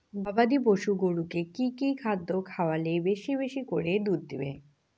গবাদি পশু গরুকে কী কী খাদ্য খাওয়ালে বেশী বেশী করে দুধ দিবে?